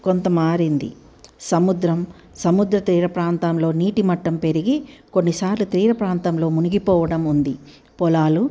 కొంత మారింది సముద్రం సముద్ర తీర ప్రాంతంలో నీటి మట్టం పెరిగి కొన్నిసార్లు తీర ప్రాంతంలో మునిగిపోవడం ఉంది పొలాలు